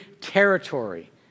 territory